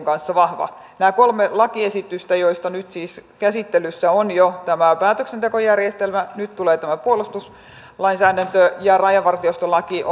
kanssa vahva näistä kolmesta lakiesityksestä joista nyt siis käsittelyssä on jo tämä päätöksentekojärjestelmä nyt tulee tämä puolustuslainsäädäntö ja rajavartiostolaki